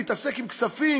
להתעסק עם כספים,